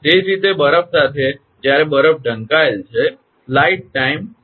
તે જ રીતે બરફ સાથે જ્યારે બરફ ઢંકાયેલ છે